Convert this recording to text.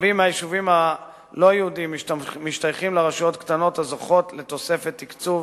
רבים מהיישובים הלא-יהודיים משתייכים לרשויות קטנות הזוכות לתוספת תקצוב